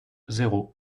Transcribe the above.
zéro